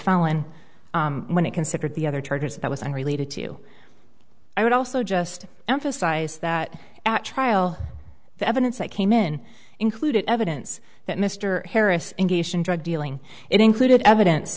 felon when it considered the other charges that was unrelated to i would also just emphasize that at trial the evidence that came in included evidence that mr harris engaged in drug dealing it included evidence